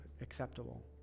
acceptable